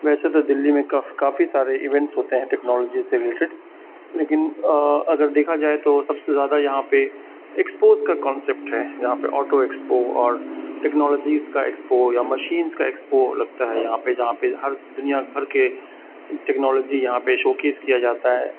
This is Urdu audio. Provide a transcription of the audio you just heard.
ویسے تو دہلی میں کاف کافی سارے ایونٹس ہوتے ہیں ٹیکنالوجی سے ریلیٹیڈ لیکن اگر دیکھا جائے تو سب سے زیادہ یہاں پہ ایکسپوز کا کانسیپٹ ہے یہاں پہ آٹو ایکسپو اور ٹیکنالوجیز کا ایکسپو یا مشینس کا ایکسپو لگتا ہے یہاں پہ جہاں پہ ہر دنیا بھر کے ٹیکنالوجی یہاں پہ شوکیس کیا جاتا ہے